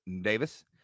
Davis